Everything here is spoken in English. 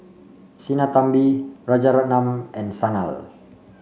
Sinnathamby Rajaratnam and Sanal